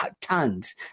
tons